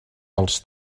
els